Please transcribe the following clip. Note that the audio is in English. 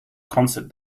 concert